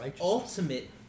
ultimate